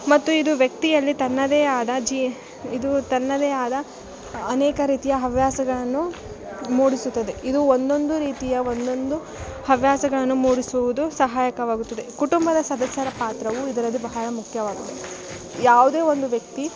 ಮತ್ತು ಇದು ವ್ಯಕ್ತಿಯಲ್ಲಿ ತನ್ನದೇ ಆದ ಜೀ ಇದು ತನ್ನದೇ ಆದ ಅನೇಕ ರೀತಿಯ ಹವ್ಯಾಸಗಳನ್ನು ಮೂಡಿಸುತ್ತದೆ ಇದು ಒಂದೊಂದು ರೀತಿಯ ಒಂದೊಂದು ಹವ್ಯಾಸಗಳನ್ನು ಮೂಡಿಸುವುದು ಸಹಾಯಕವಾಗುತ್ತದೆ ಕುಟುಂಬದ ಸದಸ್ಯರ ಪಾತ್ರವು ಇದರದ್ದು ಬಹಳ ಮುಖ್ಯವಾಗಿದೆ ಯಾವುದೇ ಒಂದು ವ್ಯಕ್ತಿ